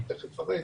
אני תכף אפרט